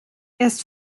erst